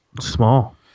small